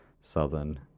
Southern